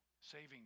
saving